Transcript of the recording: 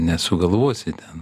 nesugalvosi ten